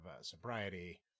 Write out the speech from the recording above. sobriety